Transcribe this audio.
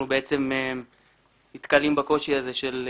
אנחנו בעצם נתקלים בקושי הזה.